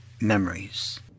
memories